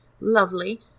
Lovely